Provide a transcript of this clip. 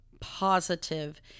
positive